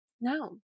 no